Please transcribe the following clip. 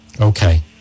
Okay